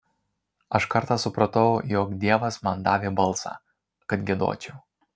aš kartą supratau jog dievas man davė balsą kad giedočiau